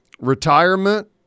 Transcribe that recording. retirement